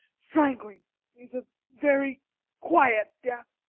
strangling is a very quiet death.